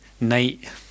night